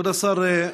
כבוד השר,